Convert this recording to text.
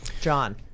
John